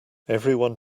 everyone